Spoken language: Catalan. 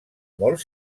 molt